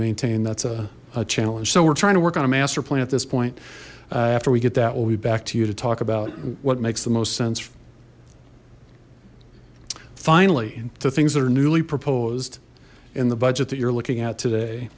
maintain that's a challenge so we're trying to work on a master plan at this point after we get that we'll be back to you to talk about what makes the most sense finally two things that are newly proposed in the budget that you're looking at today